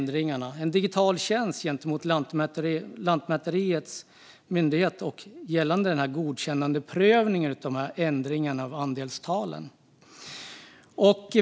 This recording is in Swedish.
Det ska finnas en digital tjänst gentemot lantmäterimyndigheten när det gäller godkännandeprövningen av ändringarna av andelstalen.